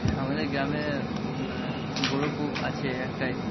আমাদের গ্রামে বড়ো কূপ আছে একটাই